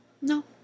No